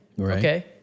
okay